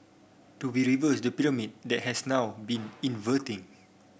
do we reverse the pyramid that has now been inverting